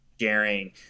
sharing